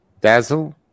Dazzle